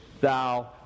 thou